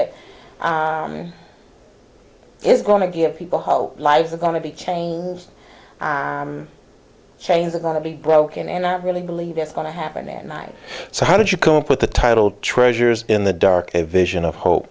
it's going to give people hope lives are going to be changed chains are going to be broken and i really believe that's going to happen at night so how did you come up with the title treasures in the dark vision of hope